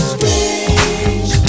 Strange